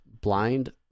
Blind